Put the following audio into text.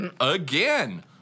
again